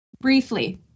briefly